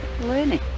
learning